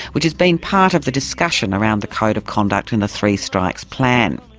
which has been part of the discussion around the code of conduct in the three strikes plan.